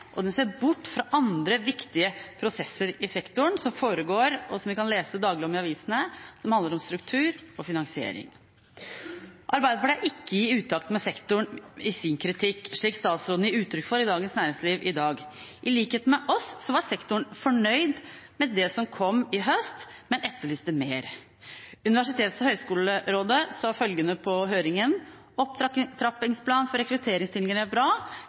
og den ser bort fra andre viktige prosesser i sektoren som foregår, og som vi daglig kan lese om i avisene, som handler om struktur og finansiering. Arbeiderpartiet er ikke i utakt med sektoren i sin kritikk, slik statsråden gir uttrykk for i Dagens Næringsliv i dag. I likhet med oss var sektoren fornøyd med det som kom i høst, men etterlyste mer. Universitets- og høyskolerådet sa følgende på høringen: «Opptrappingsplan for rekrutteringsstillinger er bra,